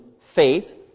faith